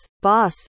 BOSS